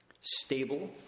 stable